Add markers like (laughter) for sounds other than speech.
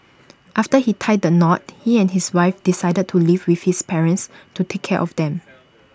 (noise) after he tied the knot he and his wife decided to live with his parents to take care of them